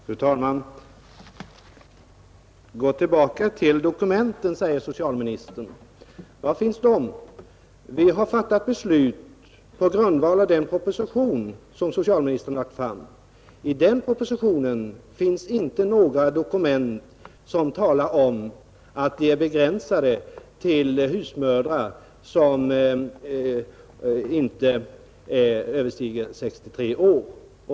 Fru talman! Gå tillbaka till dokumenten, säger socialministern. Var finns de? Vi har fattat beslut på grundval av den proposition som socialministern lagt fram. I den propositionen finns inte några dokument som talar om att reglerna är begränsade till husmödrar som inte är äldre än 63 år.